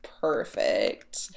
perfect